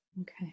okay